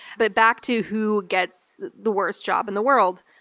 but back to who gets the worst job in the world.